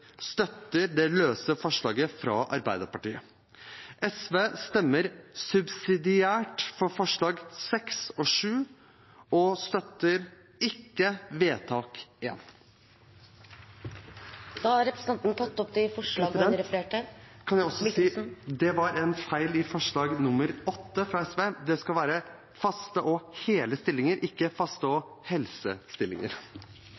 støtter forslaget fra Arbeiderpartiet. SV stemmer subsidiært for forslagene nr. 6 og 7 og støtter ikke forslag til vedtak I. Det er en feil i forslag nr. 18, fra SV. Det skal være «faste og hele stillinger», ikke